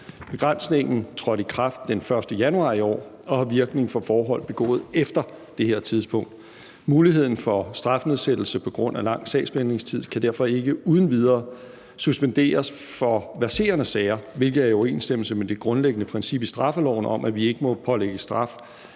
Begrænsningen trådte i kraft den 1. januar i år og har virkning for forhold begået efter det her tidspunkt. Muligheden for strafnedsættelse på grund af lang sagsbehandlingstid kan derfor ikke uden videre suspenderes for verserende sager, hvilket er i overensstemmelse med det grundlæggende princip i straffeloven om, at der ikke må pålægges